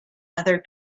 other